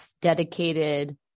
dedicated